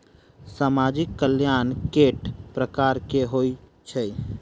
सामाजिक कल्याण केट प्रकार केँ होइ है?